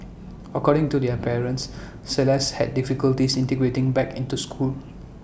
according to their parents celeste had difficulties integrating back into school